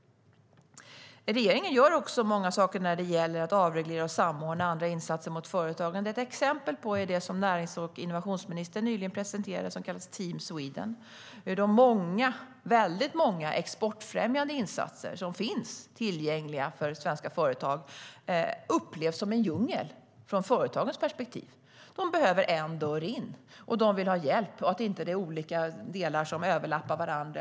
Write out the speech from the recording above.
Regeringen gör mycket när det gäller att avreglera och samordna insatser för företagen. Ett exempel är Team Sweden, som närings och innovationsministern nyligen presenterade. De väldigt många exportfrämjande insatser som finns tillgängliga för svenska företag upplevs från företagens sida som en djungel. Företagen behöver en dörr in. De vill ha hjälp så att inte olika delar överlappar varandra.